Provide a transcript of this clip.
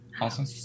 awesome